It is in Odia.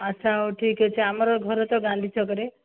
ଆଚ୍ଛା ହେଉ ଠିକ ଅଛି ଆମର ଘର ତ ଗାନ୍ଧୀ ଛକରେ